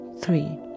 three